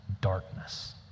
darkness